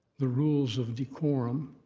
the rulings of decorum.